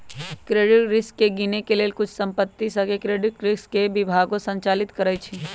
credit risk के गिनए के लेल कुछ कंपनि सऽ क्रेडिट रिस्क विभागो संचालित करइ छै